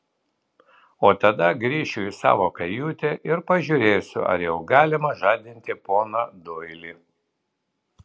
o tada grįšiu į savo kajutę ir pažiūrėsiu ar jau galima žadinti poną doilį